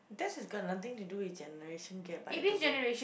that is got nothing to do with generation gap by the way